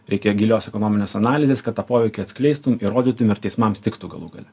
reikia gilios ekonominės analizės kad tą poveikį atskleistum įrodytum ir teismams tiktų galų gale